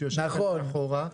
לוינסון, שיושב כאן מאחורה.